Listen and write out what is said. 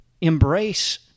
embrace